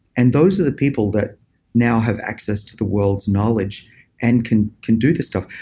and those are the people that now have access to the world's knowledge and can can do the stuff.